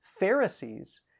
Pharisees